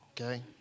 okay